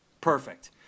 Perfect